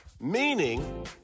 Meaning